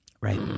right